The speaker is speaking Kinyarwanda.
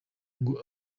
ngo